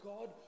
God